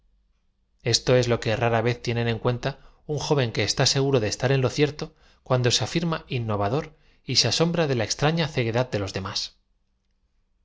esto es lo que rara v e z tiene en cuenta un jo v e n quo está seguro de estar en lo cierto cuando ae afirma in novador y se asombra de la extrafia ceguedad de los demás